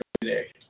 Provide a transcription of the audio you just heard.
today